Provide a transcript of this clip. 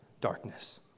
darkness